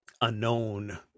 unknown